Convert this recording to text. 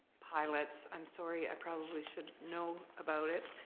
highlights. um sorry i probably should know about it.